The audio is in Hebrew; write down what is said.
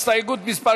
הסתייגות מס'